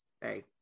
hey